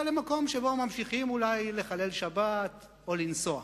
למקום שבו ממשיכים אולי לחלל שבת או לנסוע.